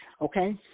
Okay